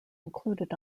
included